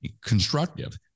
constructive